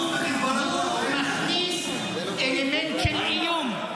-- הוא מכניס אלמנט של איום,